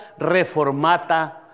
reformata